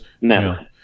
No